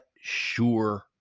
sure